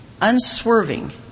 unswerving